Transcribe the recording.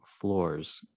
floors